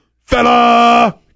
Fella